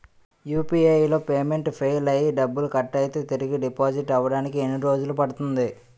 UPI లో payment fail అయ్యి డబ్బులు కట్ అయితే తిరిగి డిపాజిట్ అవ్వడానికి ఎన్ని రోజులు పడుతుంది?